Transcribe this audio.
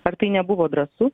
ar tai nebuvo drąsu